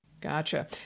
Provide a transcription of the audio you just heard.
Gotcha